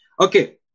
Okay